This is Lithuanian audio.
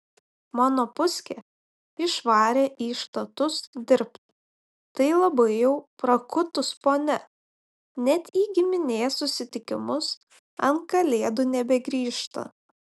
mano puskė išvarė į štatus dirbt tai labai jau prakutus ponia net į giminės susitikimus ant kalėdų nebegrįžta